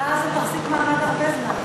הממשלה הזאת תחזיק הרבה זמן.